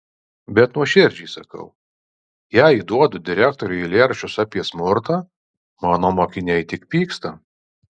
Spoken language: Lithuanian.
bet nuoširdžiai sakau jei įduodu direktoriui eilėraščius apie smurtą mano mokiniai tik pyksta